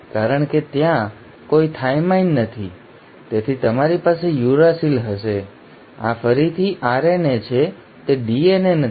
કારણ કે ત્યાં કોઈ થાઇમાઇન નથી તેથી તમારી પાસે યુરાસિલ હશે આ ફરીથી RNA છે તે DNA નથી